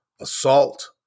assault